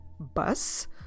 bus